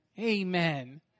Amen